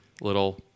little